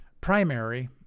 primary